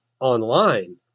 online